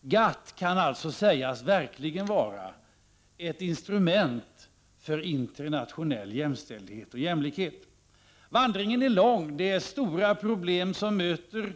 GATT kan alltså verkligen sägas vara ett instrument för internationell jämställdhet och jämlikhet. Vandringen är lång. Det är stora problem som möter.